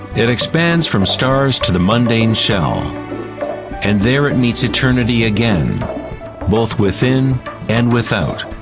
it expands from stars to the mundane shell and there it meets eternity again both within and without.